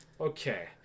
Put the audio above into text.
Okay